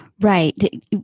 Right